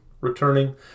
returning